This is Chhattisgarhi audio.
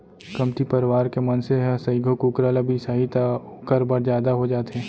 कमती परवार के मनसे ह सइघो कुकरा ल बिसाही त ओकर बर जादा हो जाथे